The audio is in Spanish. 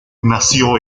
nació